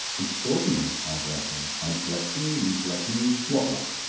extraordinary! ivor echoed. i select you, you select me. what luck!